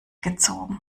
gezogen